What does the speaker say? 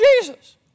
Jesus